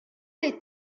les